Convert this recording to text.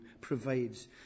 provides